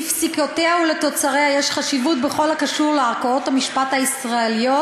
לפסיקותיה ולתוצריה יש חשיבות בכל הקשור לערכאות המשפט הישראליות,